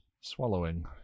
Swallowing